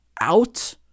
out